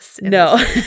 No